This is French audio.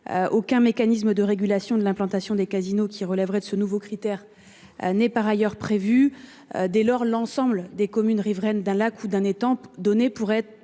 Aucun mécanisme de régulation de l'implantation des casinos qui relèveraient de ce nouveau critère. N'est par ailleurs prévue. Dès lors, l'ensemble des communes riveraines d'un lac ou d'un étant donné pourraient être